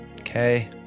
Okay